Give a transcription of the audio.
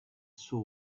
saw